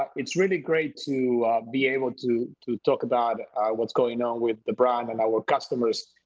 it's really great to be able to to talk about what's going on with the brand and our customers,